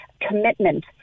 commitment